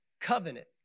covenant